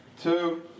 two